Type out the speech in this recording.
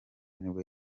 nibwo